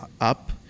up